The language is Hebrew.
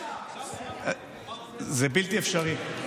זה בלתי אפשרי,